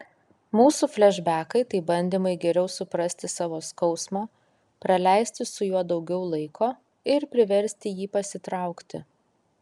mūsų flešbekai tai bandymai geriau suprasti savo skausmą praleisti su juo daugiau laiko ir priversti jį pasitraukti